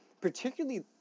particularly